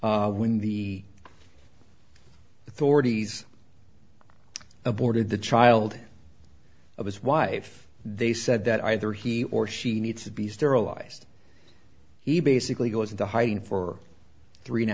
case when the authorities aborted the child of his wife they said that either he or she needs to be sterilized he basically goes into hiding for three and a